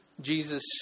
Jesus